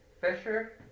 Fisher